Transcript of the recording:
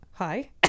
Hi